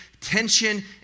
tension